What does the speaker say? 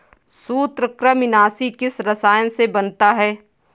सूत्रकृमिनाशी किस रसायन से बनता है?